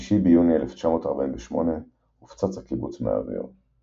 ב-5 ביוני 1948 הופצץ הקיבוץ מהאוויר.